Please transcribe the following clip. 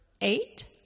eight